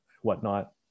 whatnot